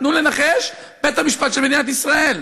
תנו לנחש: בית-המשפט של מדינת ישראל,